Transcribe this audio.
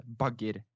bagger